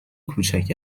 کوچک